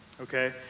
okay